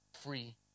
free